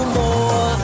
more